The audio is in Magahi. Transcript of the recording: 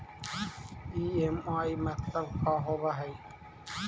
ई.एम.आई मतलब का होब हइ?